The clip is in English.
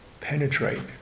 penetrate